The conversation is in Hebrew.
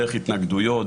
דרך התנגדויות,